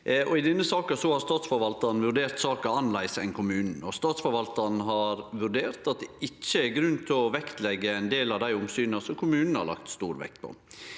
I denne saka har Statsforvaltaren vurdert saka annleis enn kommunen. Statsforvaltaren har vurdert at det ikkje er grunn til å vektleggje ein del av dei omsyna som kommunen har lagt stor vekt på.